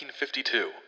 1952